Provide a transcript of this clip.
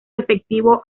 efectivo